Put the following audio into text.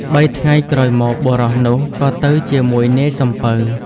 បីថ្ងៃក្រោយមក បុរសនោះក៏ទៅជាមួយនាយសំពៅ។